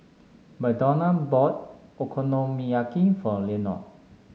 Madonna bought Okonomiyaki for Leonor